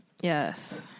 Yes